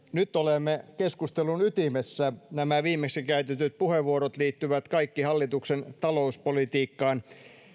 nyt olemme keskustelun ytimessä nämä viimeksi käytetyt puheenvuorot liittyvät kaikki hallituksen talouspolitiikkaan